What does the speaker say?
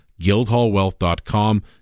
Guildhallwealth.com